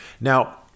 Now